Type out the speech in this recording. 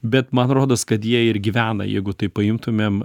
bet man rodos kad jie ir gyvena jeigu taip paimtumėm